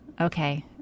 okay